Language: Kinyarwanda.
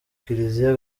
kiliziya